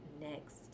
next